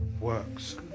works